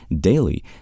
daily